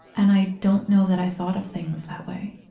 and i don't know that i thought of things that way